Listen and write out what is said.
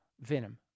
venom